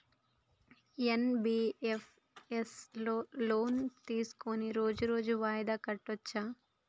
NBFS లో loan తీస్కొని రోజు రోజు వాయిదా కట్టచ్ఛా?